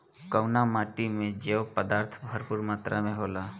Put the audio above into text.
कउना माटी मे जैव पदार्थ भरपूर मात्रा में होला?